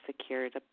secured